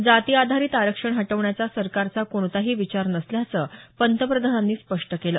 जाती आधारित आरक्षण हटवण्याचा सरकारचा कोणताही विचार नसल्याचं पंतप्रधानांनी स्पष्ट केलं